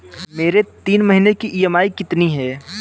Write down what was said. मेरी तीन महीने की ईएमआई कितनी है?